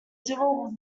civil